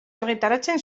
argitaratzen